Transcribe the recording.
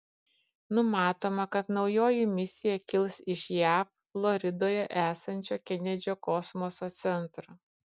numatoma kad naujoji misija kils iš jav floridoje esančio kenedžio kosmoso centro